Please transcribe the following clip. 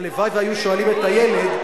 הלוואי שהיו שואלים את הילד,